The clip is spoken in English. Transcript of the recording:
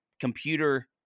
computer